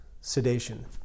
sedation